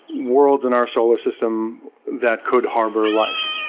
worlds in our solar system that could harbor life.